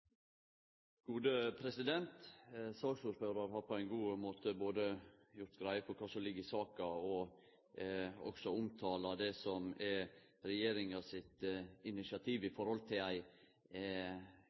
gode og konstruktive runder om energipolitikk neste år og årene etter det. Saksordføraren har på ein god måte både gjort greie for kva som ligg i saka, og også omtala det som er regjeringa sitt initiativ i